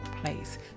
place